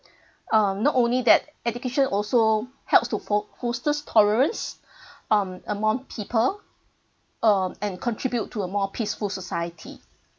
uh not only that education also helps to ho~ holsters tolerance um among people um and contribute to a more peaceful society